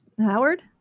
Howard